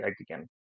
again